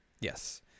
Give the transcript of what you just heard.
Yes